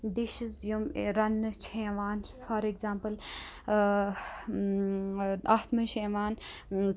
dishes یِم رَننہٕ چھِ یِوان فار ایٚگزامپٕل اَتھ منٛز چھِ یِوان